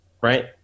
right